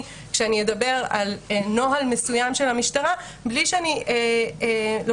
כשאני אדבר על נוהל מסוים של המשטרה בלי שאני לוקחת